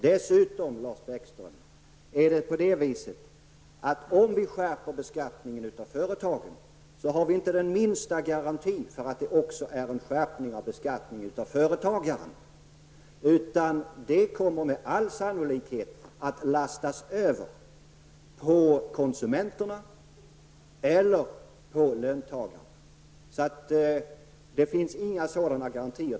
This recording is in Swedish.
Dessutom, Lars Bäckström: Om vi skärper beskattningen av företagen har vi inte den minsta garanti för att det också innebär en skärpning av beskattningen av företagarna. Skärpningen kommer i stället med all sannolikhet att lastas över på konsumenterna eller på löntagarna. Det finns alltså ingen sådan garanti.